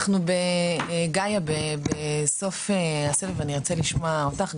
גאיה, בסוף הסבב ארצה לשמוע אותך.